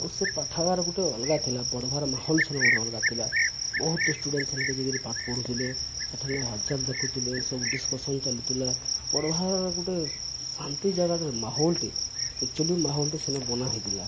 ଆଉ ସେ ପାଠାଗାର ଗୋଟେ ଅଲଗା ଥିଲା ପଢ଼ବାର ମାହୋଲ ସେନ ଗୋଟେ ଅଲଗା ଥିଲା ବହୁତ୍ଟେ ଷ୍ଟୁଡେଣ୍ଟ ସେନ୍କେ ଯାଇକିରି ପାଠ ପଢ଼ୁଥିଲେ ସେଠାରେ ହାଲଚାଲ ଦେଖୁଥିଲେ ସବୁ ଡିସ୍କସନ୍ ଚାଲୁଥିଲା ପଢ଼ବାର ଗୋଟେ ଶାନ୍ତି ଜାଗାଟାରେ ମାହୋଲଟେ ଏକ୍ଚୁଆଲି ମାହୋଲଟେ ସେନେ ବନା ହେଇଥିଲା